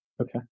Okay